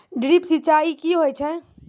Drip सिंचाई कि होय छै?